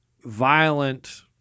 violent